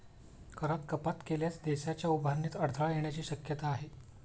करात कपात केल्यास देशाच्या उभारणीत अडथळा येण्याची शक्यता आहे